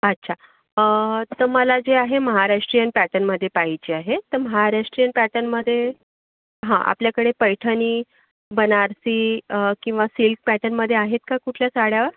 अच्छा तर मला जे आहे महाराष्ट्रीयन पॅटर्नमधे पाहिजे आहे तर महाराष्ट्रीयन पॅटर्नमध्ये हां आपल्याकडे पैठणी बनारसी किंवा सिल्क पॅटर्नमध्ये आहेत का कुठल्या साड्या